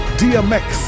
dmx